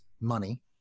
money